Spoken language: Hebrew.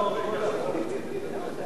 ההסתייגות של חברי הכנסת דב חנין,